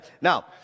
Now